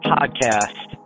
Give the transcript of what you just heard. Podcast